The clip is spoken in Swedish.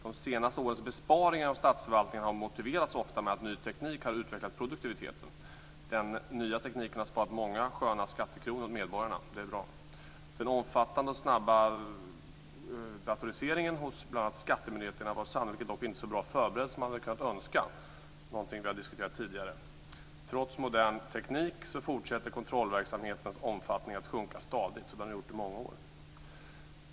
De senaste årens besparingar inom statsförvaltningen har ofta motiverats med att ny teknik har utvecklat produktiviteten. Den nya tekniken har sparat in många sköna skattekronor för medborgarna, och det är bra. Den omfattande och snabba datoriseringen hos bl.a. skattemyndigheterna var sannolikt dock inte så bra förberedd som man kunde ha önskat. Detta har vi diskuterat tidigare. Trots modern teknik fortsätter kontrollverksamhetens omfattning stadigt att minska. Så har skett under många år.